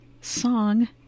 song